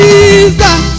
Jesus